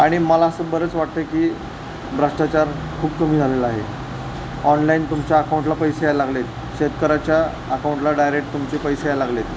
आणि मला असं बरंच वाटतं की भ्रष्टाचार खूप कमी झालेला आहे ऑनलाईन तुमच्या अकाऊंटला पैसे यायला लागले आहेत शेतकऱ्याच्या अकाऊंटला डायरेक्ट तुमचे पैसे यायला लागले आहेत